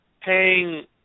paying